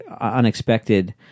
unexpected